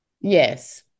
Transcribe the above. Yes